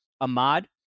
Ahmad